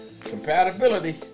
compatibility